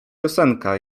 piosenka